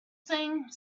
thing